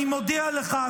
אני מודיע לך,